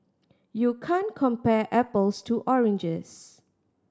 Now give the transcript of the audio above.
you can't compare apples to oranges